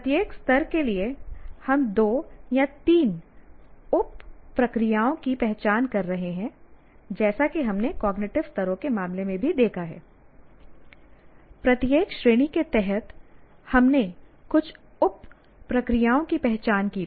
प्रत्येक स्तर के लिए हम दो तीन उप प्रक्रियाओं की पहचान कर रहे हैं जैसा कि हमने कॉग्निटिव स्तरों के मामले में भी देखा है प्रत्येक श्रेणी के तहत हमने कुछ उप प्रक्रियाओं की पहचान की थी